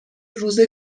روز